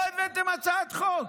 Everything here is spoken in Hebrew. לא הבאתם הצעת חוק.